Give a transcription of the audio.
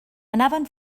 anaven